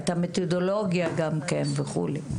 את המתודולוגיה גם וכו'.